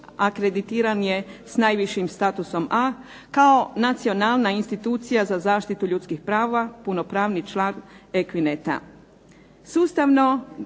akreditiran je s najvišim statusom A, kao nacionalna institucija za zaštitu ljudskih prava, punopravni član ekvineta.